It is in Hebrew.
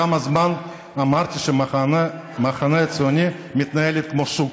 לפני כמה זמן אמרתי שהמחנה הציוני מתנהל כמו שוק.